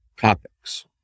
topics